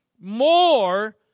more